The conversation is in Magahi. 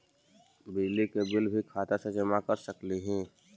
बिजली के बिल भी खाता से जमा कर सकली ही?